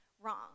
wrong